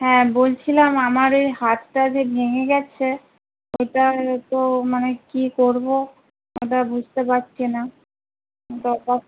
হ্যাঁ বলছিলাম আমার ওই হাতটা যে ভেঙে গেছে ওটা তো মানে কী করব বুঝতে পারছি না